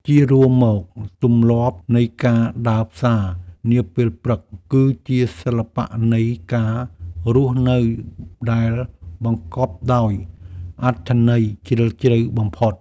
ជារួមមក ទម្លាប់នៃការដើរផ្សារនាពេលព្រឹក គឺជាសិល្បៈនៃការរស់នៅដែលបង្កប់ដោយអត្ថន័យជ្រាលជ្រៅបំផុត។